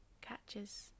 catches